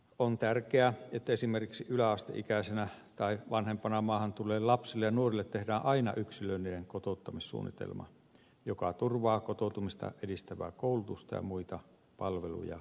on tärkeää että esimerkiksi yläasteikäisenä tai vanhempana maahan tulleille lapsille ja nuorille tehdään aina yksilöllinen kotouttamissuunnitelma joka turvaa kotoutumista edistävää koulutusta ja muita palveluja jatkuvaluonteisesti